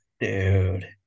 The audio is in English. dude